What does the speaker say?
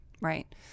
right